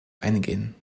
eingehen